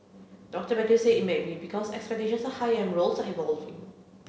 Doctor Mathews said it may be because expectations are higher and roles are evolving